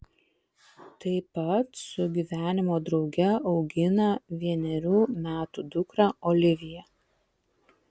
tai pat su gyvenimo drauge augina vienerių metų dukrą oliviją